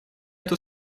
эту